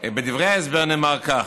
בדברי ההסבר נאמר כך: